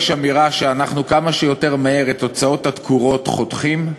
יש אמירה שאנחנו כמה שיותר מהר את הוצאות התקורות חותכים,